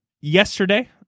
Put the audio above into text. yesterday